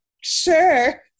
Sure